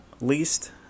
least